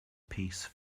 piece